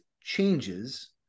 changes